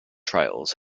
trials